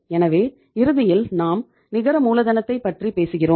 எனவே இறுதியில் நாம் நிகர மூலதனத்தைப் பற்றி பேசுகிறோம்